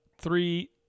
Three